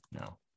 No